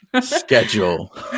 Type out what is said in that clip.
Schedule